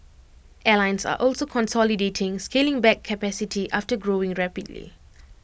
airlines are also consolidating scaling back capacity after growing rapidly